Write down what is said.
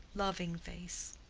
loving face.